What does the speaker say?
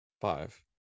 five